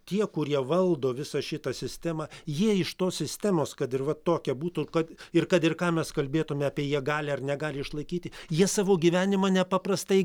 tie kurie valdo visą šitą sistemą jie iš tos sistemos kad ir va tokia būtų kad ir kad ir ką mes kalbėtume apie jie gali ar negali išlaikyti jie savo gyvenimą nepaprastai